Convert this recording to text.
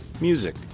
Music